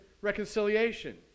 reconciliation